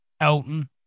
Elton